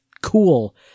cool